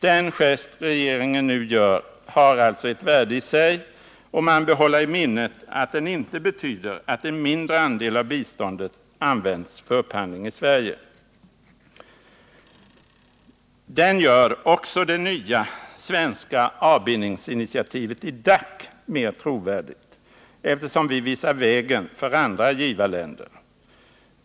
Den gest regeringen nu gör har alltså ett värde i sig, och man bör hålla i minnet att den inte betyder att en mindre andel av biståndet används för upphandling i Sverige. Den gör också det nya svenska avbindningsinitiativet i DAC mer trovärdigt, eftersom vi visar vägen för andra givarländer.